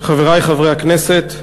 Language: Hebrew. חברי חברי הכנסת,